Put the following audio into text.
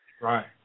Right